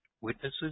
witnesses